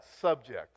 subject